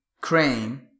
Crane